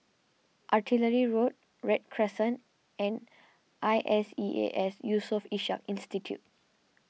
Artillery Road Read Crescent and I S E A S Yusof Ishak Institute